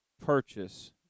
purchase